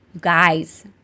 Guys